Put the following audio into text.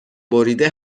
بریده